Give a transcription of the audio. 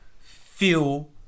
Feel